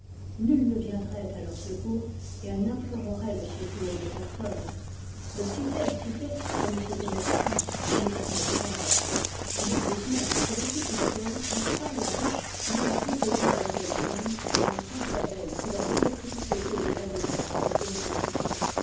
nul ne viendrait à leur secours et elles n'imploreraient le secours de personne de cité à cité elles ne se connaissent point et ne s'aident jamais il arrive même que l'apiculteur installe la ruche où il a recueilli la vieille reine et la grappe d'abeilles qui l'entoure tout à côté de la demeure qu'elles viennent de quitter